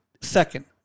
second